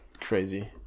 crazy